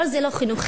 זה לא חינוכי.